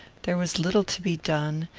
there was little to be done,